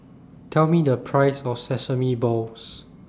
Tell Me The Price of Sesame Balls